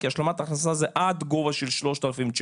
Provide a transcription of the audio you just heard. כי השלמת הכנסה זה עד גובה של 3,900,